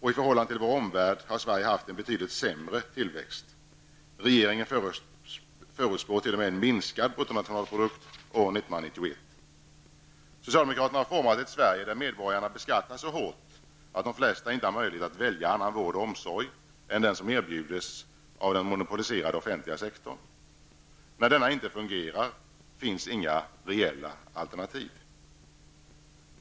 I förhållande till vår omvärld har Sverige haft en betydligt sämre tillväxt. Regeringen förutspår t.o.m. en minskad bruttonationalprodukt år 1991. Socialdemokraterna har format ett Sverige där medborgarna beskattas så hårt att de flesta inte har möjlighet att välja annan vård och omsorg än den som erbjuds av den monopoliserade offentliga sektorn. När denna inte fungerar finns inga reella alternativ.